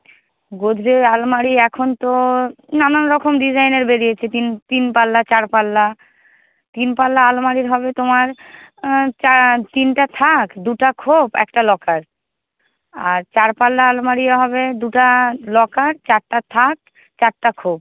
গোদরেজ আলমারি এখন তো নানান রকম ডিজাইনের বেরিয়েছে তিন তিন পাল্লা চার পাল্লা তিন পাল্লা আলমারির হবে তোমার চার তিনটে থাক দুটো খোপ একটা লকার আর চার পাল্লা আলমারিও হবে দুটো লকার চারটে থাক চারটে খোপ